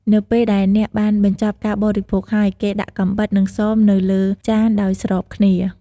នៅពេលដែលអ្នកបានបញ្ចប់ការបរិភោគហើយ គេដាក់កាំបិត និងសមនៅលើចានដោយស្របគ្នា។